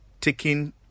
taking